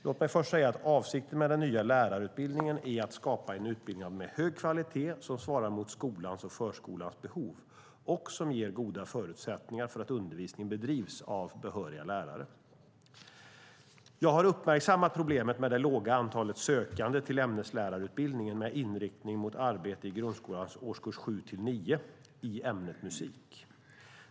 Låt mig först säga att avsikten med den nya lärarutbildningen är att skapa en utbildning med hög kvalitet som svarar mot skolans och förskolans behov och som ger goda förutsättningar för att undervisningen bedrivs av behöriga lärare. Jag har uppmärksammat problemet med det låga antalet sökande till ämneslärarutbildningen med inriktning mot arbete i grundskolans årskurs 7-9 i ämnet musik.